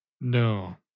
No